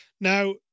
Now